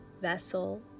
vessel